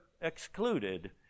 excluded